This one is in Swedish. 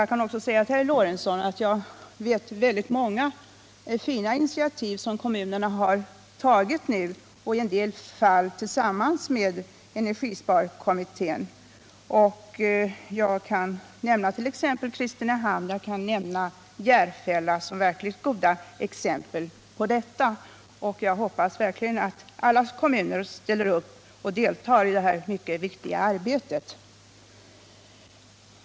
Jag kan också nämna för herr Lorentzon att jag känner till väldigt många fina initiativ som kommuner har tagit nu, i en del fall tillsammans med energisparkommittén. Jag kan nämna Kristinehamn och Järfälla som verkligt goda exempel härpå. Och jag hoppas verkligen att alla kommuner ställer upp och deltar i detta mycket viktiga arbete.